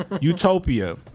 Utopia